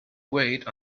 wait